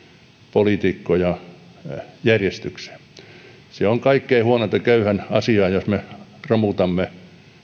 poliitikkoja järjestykseen se on kaikkein huonointa köyhän asiaa jos me romutamme